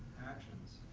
actions.